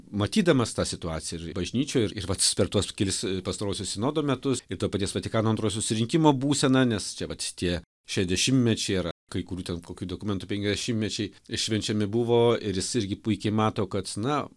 matydamas tą situaciją ir bažnyčioj ir vat per tuos kelis pastaruosius sinodo metus ir to paties vatikano antrojo susirinkimo būsena nes čia vat tie šešiasdešimtmečiai yra kai kurių ten kokių dokumentų penkiasdešimtmečiai švenčiami buvo ir jis irgi puikiai mato kad na